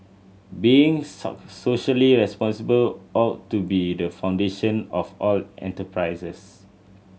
being socially responsible ought to be the foundation of all the enterprises